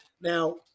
Now